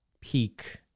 peak